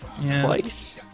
Twice